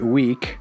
week